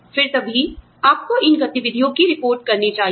फिर तभी आपको इन गतिविधियों की रिपोर्ट करनी चाहिए